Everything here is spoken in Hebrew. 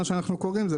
כפי שאנחנו מכנים את זה,